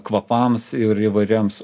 kvapams ir įvairioms